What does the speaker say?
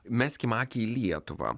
meskim akį į lietuvą